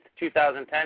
2010